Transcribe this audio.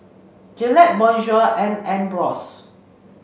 Gillette Bonjour and Ambros